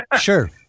sure